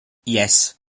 yes